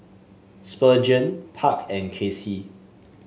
Spurgeon Park and Kaycee